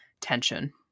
tension